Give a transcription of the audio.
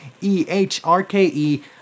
E-H-R-K-E